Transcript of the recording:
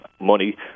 money